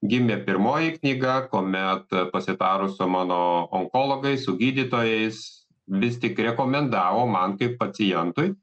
gimė pirmoji knyga kuomet pasitarus o mano onkologais su gydytojais vis tik rekomendavo man kaip pacientui